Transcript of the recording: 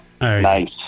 Nice